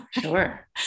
Sure